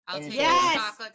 Yes